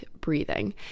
breathing